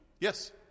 Yes